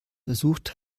versucht